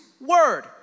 word